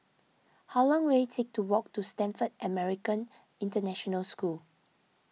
how long will it take to walk to Stamford American International School